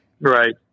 Right